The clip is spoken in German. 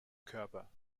körper